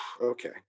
Okay